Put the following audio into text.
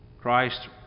Christ